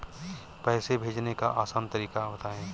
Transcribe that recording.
पैसे भेजने का आसान तरीका बताए?